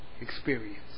experience